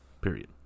period